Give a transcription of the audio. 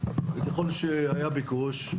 וככל שהיה ביקוש,